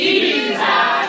Jesus